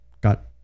got